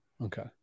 Okay